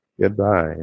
Goodbye